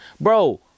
Bro